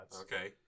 Okay